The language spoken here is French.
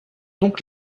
donc